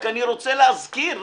אני רק רוצה להזכיר,